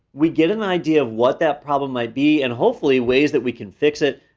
we get an idea of what that problem might be and hopefully ways that we can fix it.